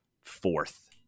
fourth